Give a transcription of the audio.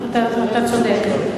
אתה צודק,